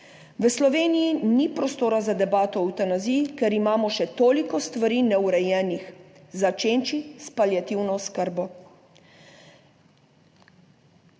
V Sloveniji ni prostora za debato o evtanaziji, ker imamo še toliko stvari neurejenih, začenši s paliativno oskrbo.